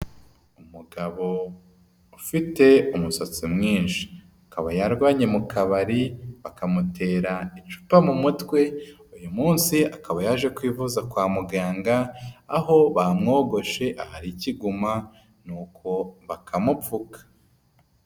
Umugabo ufite umusatsi mwinshi. Akaba yarwanye mu kabari, bakamutera icupa mu mutwe, uyu munsi akaba yaje kwivuza kwa muganga, aho bamwogoshe ahari ikiguma nuko bakamupfuka.